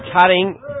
Cutting